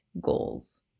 goals